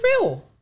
real